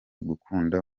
gukunda